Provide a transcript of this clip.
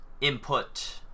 input